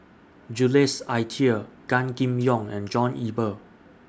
Jules Itier Gan Kim Yong and John Eber